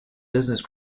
business